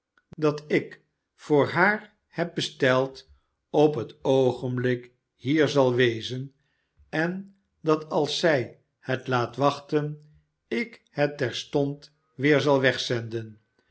dat ik voor haar heb besteld op het oogenblik hier zal wezen en dat als zij het laat wachten ik het terstond weer zal wegzenden